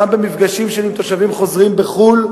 גם במפגשים שלי עם תושבים חוזרים בחו"ל,